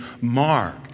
mark